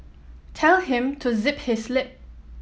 tell him to zip his lip